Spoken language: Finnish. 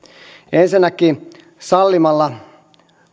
ensinnäkin sallimalla